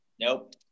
Nope